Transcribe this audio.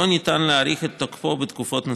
לא ניתן להאריך את תוקפו בתקופות נוספות.